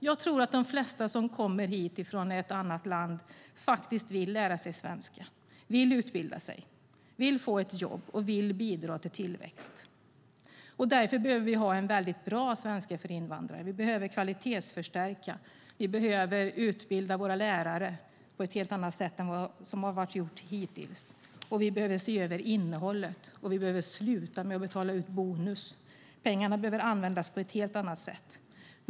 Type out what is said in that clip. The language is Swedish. Jag tror att de flesta som kommer hit från ett annat land faktiskt vill lära sig svenska, utbilda sig, få ett jobb och bidra till tillväxten. Därför behöver vi ha en väldigt bra svenska för invandrare. Vi behöver kvalitetsstärka, vi behöver utbilda våra lärare på ett helt annat sätt än hittills, vi behöver se över innehållet och vi behöver sluta med att betala ut bonus. Pengarna behöver användas på ett helt annat sätt.